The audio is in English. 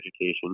education